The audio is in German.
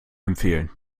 empfehlen